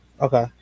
Okay